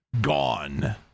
gone